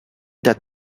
that